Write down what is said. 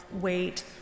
weight